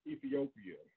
Ethiopia